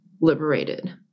liberated